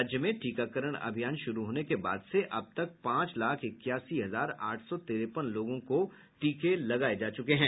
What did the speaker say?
राज्य में टीकाकरण अभियान शुरू होने के बाद से अब तक पांच लाख इक्यासी हजार आठ सौ तिरेपन लोगों को टीके लगाए जा चुके हैं